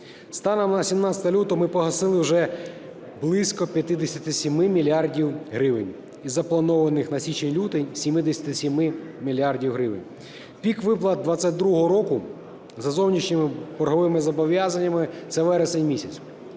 Станом на 17 лютого ми погасили вже близько 57 мільярдів гривень із запланованих на січень-лютий 77 мільярдів гривень. Пік виплат 22-го року за зовнішніми борговими зобов'язаннями – це вересень місяць,